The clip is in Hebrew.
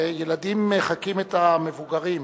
שילדים מחקים את המבוגרים,